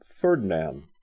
Ferdinand